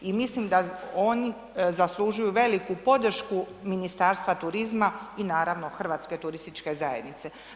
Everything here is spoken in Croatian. I mislim da oni zaslužuju veliku podršku Ministarstva turizma i naravno Hrvatske turističke zajednice.